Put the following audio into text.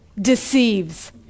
deceives